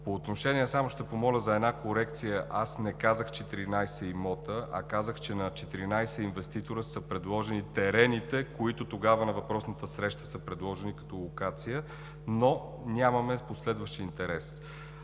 държавата. Само ще помоля за една корекция. Аз не казах 14 имота, а казах, че на 14 инвеститори са предложени терените, които тогава, на въпросната среща, са предложени като локация, но нямаме последващ интерес.